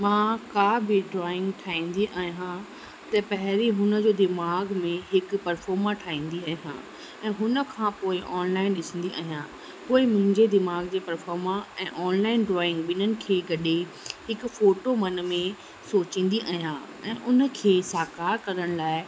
मां का बि ड्रॉईंग ठाहींदी अहियां त पहिरीं हुन जो दिमाग़ में हिकु परफोर्मां ठाहींदी आहियां ऐं हुन खां पोइ ऑनलाइन ॾिसंदी अहियां पोइ मुहिंजे दिमाग़ जे परफोर्मा ऐं ऑनलाईन ड्रॉईंग ॿिन्हनि खे गॾे हिकु फोटो मन में सोचींदी अहियां ऐं उन खे साकारु करण लाइ